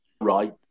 right